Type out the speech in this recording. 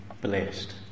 blessed